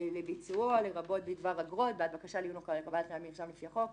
לביצועו לרבות בדבר אגרות והבקשה --- לקבלת מרשם לפי החוק.